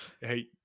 Hey